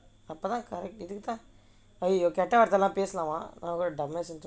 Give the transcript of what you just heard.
கெட்ட வார்த்தைலாம் பேசலாமா:ketta vaarthailaam pesalaamaa